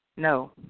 No